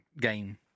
game